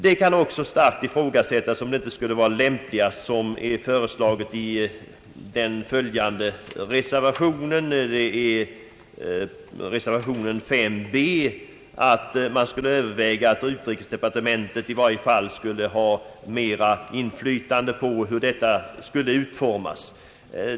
Det kan också starkt ifrågasättas om det inte skulle vara lämpligast, som föreslagits i reservationen 35 b, att överväga att utrikesdepartementet i varje fall skulle ha mera inflytande på hur denna verksamhet utformas.